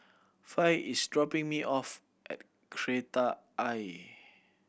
Fay is dropping me off at Kreta Ayer